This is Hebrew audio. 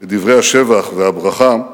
בדברי השבח והברכה,